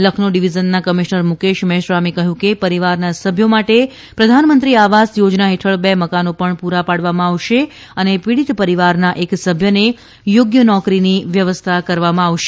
લખનૌ ડિવિઝનના કમિશ્નર મુકેશ મેશરામે કહ્યું કે પરિવારના સભ્યો માટે પ્રધાનમંત્રી આવાસ યોજના હેઠળ બે મકાનો પણ પુરા પાડવામાં આવશે અને પીડીત પરિવારના એક સભ્યનો થોગ્ય નોકરીની વ્યવસ્થા કરવામાં આવશે